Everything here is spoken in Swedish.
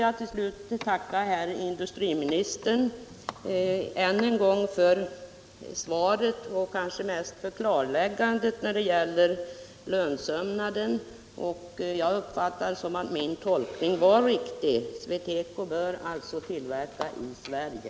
Jag tackar än en gång industriministern för svaret och kanske mest för klarläggandet när det gäller lönsömnadsarbetet. Jag uppfattar det så att min tolkning var riktig — SweTeco bör tillverka i Sverige.